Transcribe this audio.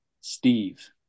steve